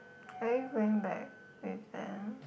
are you going back with them